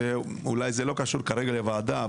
שאולי לא קשורות כרגע לוועדה,